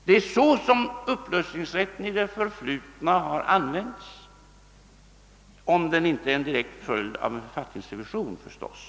Det är så upplösningsrätten har använts i det förflutna, om den inte varit en direkt följd av en författningsrevision naturligtvis.